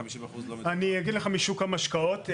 אני אגיד לך משוק המשקאות.